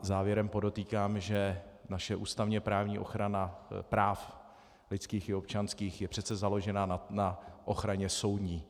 Závěrem podotýkám, že naše ústavněprávní ochrana práv lidských i občanských je přece založena na ochraně soudní.